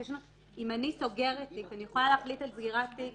אם אני סוגרת תיק אני יכולה להחליט על סגירת תיק